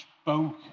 spoke